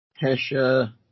Hesha